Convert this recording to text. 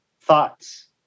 thoughts